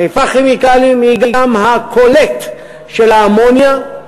"חיפה כימיקלים" היא גם הקולט של האמוניה,